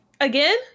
Again